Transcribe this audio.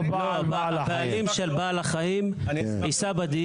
הבעלים של בעל החיים יישא בדין.